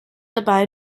dabei